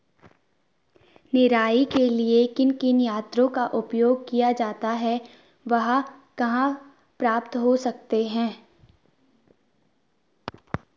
निराई के लिए किन किन यंत्रों का उपयोग किया जाता है वह कहाँ प्राप्त हो सकते हैं?